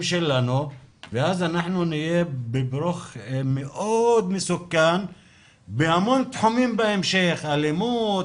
שלנו ואז אנחנו נהיה בברוך מאוד מסוכן בהמון תחומים בהמשך אלימות,